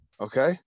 okay